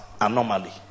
anomaly